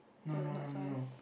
oh not soy